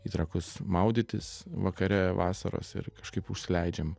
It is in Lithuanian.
į trakus maudytis vakare vasaros ir kažkaip užsileidžiam